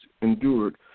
endured